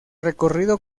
recorrido